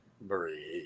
breathe